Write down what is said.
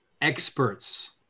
experts